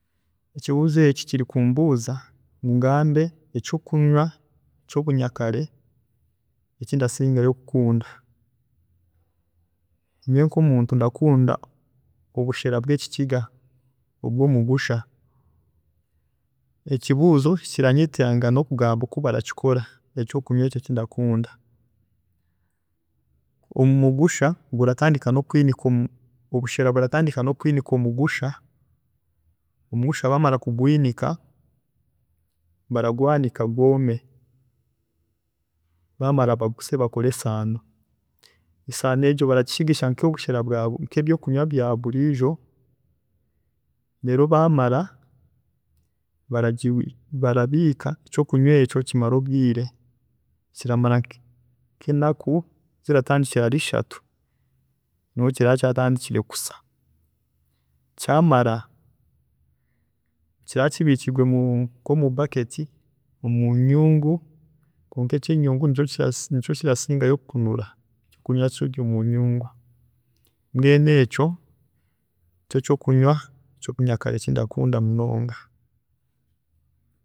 ﻿Ekibuuzo eki kiri kumbuuza ngu ngambe ekyokunywa kyobunyakare eki ndasingayo kukunda, nyowe nkomuntu ndakunda obushere bwekikiga obwomugusha, ekibuuzo kiranyetenga nokugamba oku barakikora ekyokunywa eki ekindakunda, omugusha guratandika nokwiinika, obushera buratandika nokwiinika omugusha, omugusha bamara kugwiinika baragwaanika gwoome, bamara baguse bakore ensaano. Ensaano egyo baragishigisha nkobushera, nkebyokunywa bya buriijo reero bamara bara barabiika ekyokunywa ekyo kumara obwiire, baramara nka nk'enaku ziratandikira hari ishatu niho kiraba kyatandikire kusya, kyamara, kiraba kibiikirwe mu nk'omu baketi, omunyuungu kwonka ekyenyuungu nikyo nikyo kirasingayo kunura ekiraba kibiikirwe munyuungu, mbwenu ekyo nikyo kyokunywa ekyobunyakare eki ndakunda munonga.